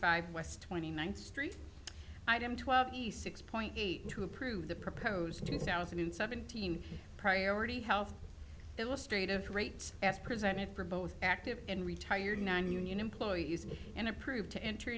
five west twenty ninth street twelve east six point eight to approve the proposed two thousand and seventeen priority health illustrated rates as presented for both active and retired nine union employees and approved to enter